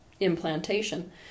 implantation